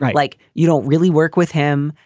but like you don't really work with him.